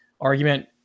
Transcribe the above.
argument